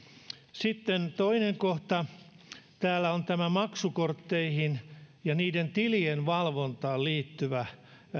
sitten toinen kohta täällä on tämä maksukortteihin ja niiden tilien valvontaan liittyvä